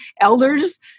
elders